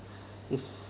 if